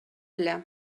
беле